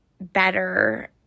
better